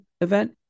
event